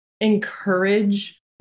encourage